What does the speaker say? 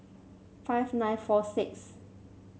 five nine four six